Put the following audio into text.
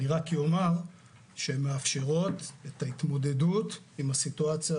אני רק אומר שהן מאפשרות את ההתמודדות עם הסיטואציה